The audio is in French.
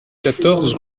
quatorze